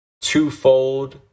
twofold